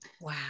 Wow